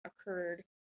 occurred